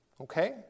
Okay